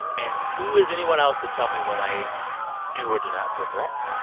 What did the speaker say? and and who is anyone else to tell me when i do or do not feel threatened?